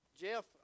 Jeff